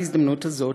בהזדמנות הזאת,